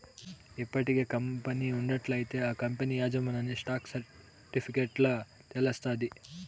ఇప్పటికే కంపెనీ ఉన్నట్లయితే ఆ కంపనీ యాజమాన్యన్ని స్టాక్ సర్టిఫికెట్ల తెలస్తాది